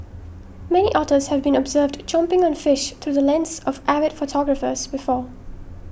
many otters have been observed chomping on fish through the lens of avid photographers before